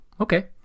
Okay